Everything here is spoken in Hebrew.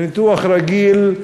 לניתוח רגיל,